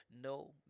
no